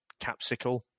capsicle